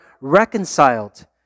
reconciled